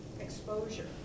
exposure